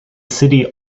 city